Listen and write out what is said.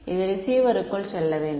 மாணவர் இது ரிசீவருக்குள் செல்ல வேண்டும்